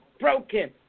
broken